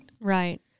Right